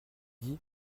dit